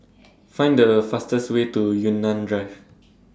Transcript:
Find The fastest Way to Yunnan Drive